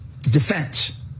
defense